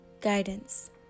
Guidance